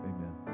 Amen